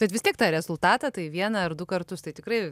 bet vis tiek tą rezultatą tai vieną ar du kartus tai tikrai